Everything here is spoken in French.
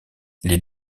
les